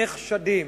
נחשדים.